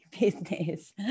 business